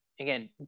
again